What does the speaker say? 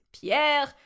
Pierre